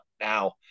now